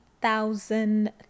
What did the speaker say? thousand